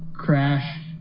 Crash